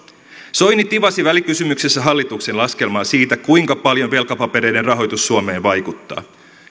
soini tivasi välikysymyksessä hallituksen laskelmaa siitä kuinka paljon velkapapereiden rahoitus suomeen vaikuttaa